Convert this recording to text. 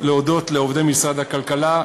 להודות לעובדי משרד הכלכלה,